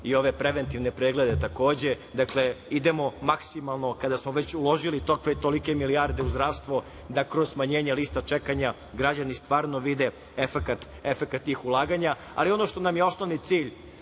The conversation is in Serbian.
ove preventivne preglede, takođe. Idemo maksimalno, kada smo već uložili tolike milijarde u zdravstvo, da kroz smanjenje lista čekanja građani stvarno vide efekat tih ulaganja. Ono što nam je osnovni cilj,